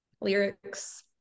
Lyrics